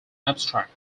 abstract